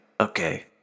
Okay